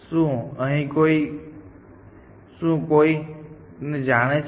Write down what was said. શું અહીં કોઈ કોર્ફને જાણે છે